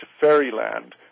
fairyland